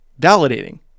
validating